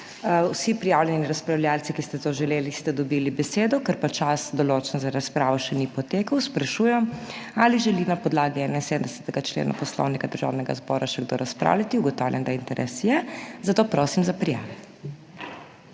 Vsi prijavljeni razpravljavci, ki ste to želeli, ste dobili besedo. Ker pa čas določen za razpravo še ni potekel, sprašujem, ali želi na podlagi 71. člena Poslovnika Državnega zbora še kdo razpravljati? Ugotavljam, da interes je, zato prosim za prijave.